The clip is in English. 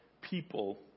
people